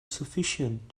sufficient